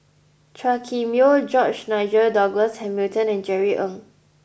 Chua Kim Yeow George Nigel Douglas Hamilton and Jerry Ng